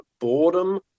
boredom